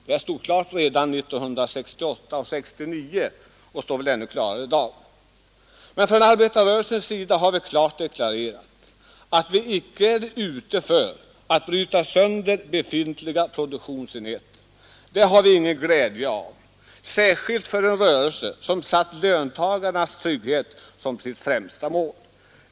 Detta stod klart redan 1968-1969 och framstår ännu klarare i dag. Men från arbetarrörelsens sida har vi klart deklarerat att vi inte är ute för att bryta sönder befintliga produktionsenheter. Det har vi ingen glädje av, då vår rörelse satt löntagarnas trygghet som sitt främsta mål.